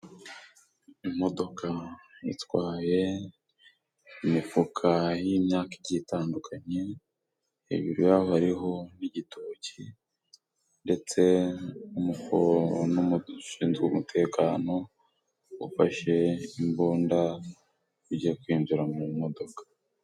Imodoka itwaye imifuka y'imyaka igiye itandukanye, imbere yaho hariho n'igitoki ndetse n'ushinzwe umutekano ufashe imbunda agiye kwinjira mu modoka.